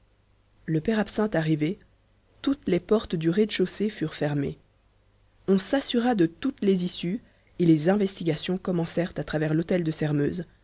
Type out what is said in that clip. le père absinthe arrivé toutes les portes du rez-de-chaussée furent fermées on s'assura de toutes les issues et les investigations commencèrent à travers l'hôtel de sairmeuse